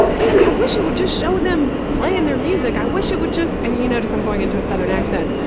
but i wish it would just show them playing their music. i wish it would just and you notice i'm going into a southern accent.